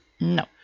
No